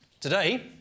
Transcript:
Today